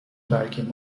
برگ